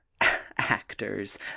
Actors